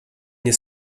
nie